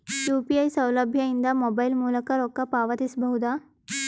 UPI ಸೌಲಭ್ಯ ಇಂದ mobile ಮೂಲಕ ರೊಕ್ಕ ಪಾವತಿಸ ಬಹುದಾ?